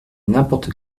n’importe